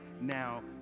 now